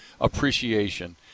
appreciation